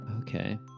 Okay